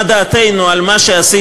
מה דעתנו על מה שעשיתם,